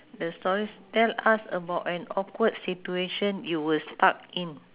the stories tell us about an awkward situation you were stuck in